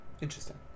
Interesting